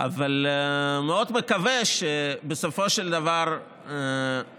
אבל אני מאוד מקווה שבסופו של דבר יהיה